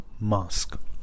mask